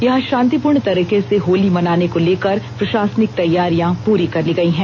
यहां शांतिपूर्ण तरीके से होली मनाने को लेकर प्रशासनिक तैयारियां पूरी कर ली गई हैं